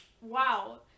Wow